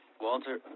Walter